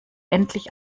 endlich